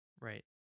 right